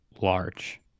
large